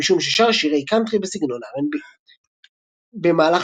משום ששר שירי קאנטרי בסגנון R&B. במהלך